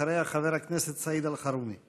אחריה, חבר הכנסת סעיד אלחרומי.